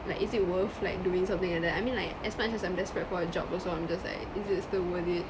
like is it worth like doing something like that I mean like as much as I'm desperate for a job also I'm just like is it still worth it